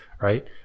right